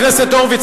חבר הכנסת הורוביץ,